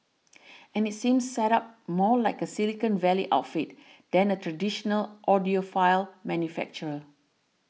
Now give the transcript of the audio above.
and it seems set up more like a silicon valley outfit than a traditional audiophile manufacturer